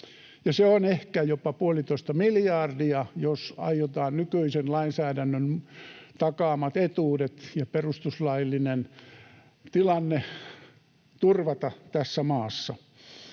se on ehkä jopa puolitoista miljardia, jos aiotaan nykyisen lainsäädännön takaamat etuudet ja perustuslaillinen tilanne turvata tässä maassa.